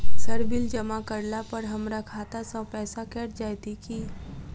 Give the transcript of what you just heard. Sir bill जमा करला पर हमरा खाता सऽ पैसा कैट जाइत ई की?